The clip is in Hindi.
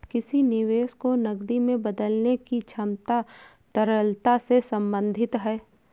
किसी निवेश को नकदी में बदलने की क्षमता तरलता से संबंधित है